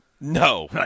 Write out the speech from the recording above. No